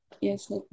Yes